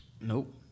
Nope